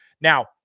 Now